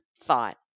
thought